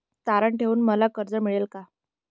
तारण ठेवून मला कर्ज मिळेल का?